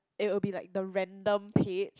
it will be like the random page